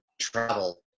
travel